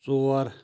ژور